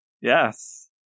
Yes